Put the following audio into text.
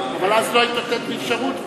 אבל אז לא היית נותנת לי אפשרות.